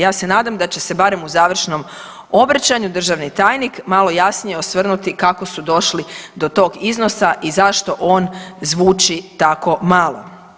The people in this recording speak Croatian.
Ja se nadam da će se barem u završnom obraćanju državni tajnik malo jasnije osvrnuti kako su došli do tog iznosa i zašto on zvuči tako malo.